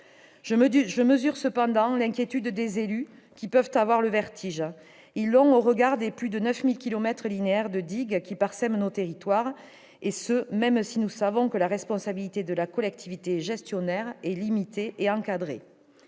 Je mesure cependant l'inquiétude des élus, qui peuvent avoir le vertige : plus de 9 000 kilomètres linéaires de digues parsèment nos territoires, et ce même si nous savons que la responsabilité de la collectivité gestionnaire est limitée et encadrée.